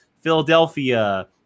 Philadelphia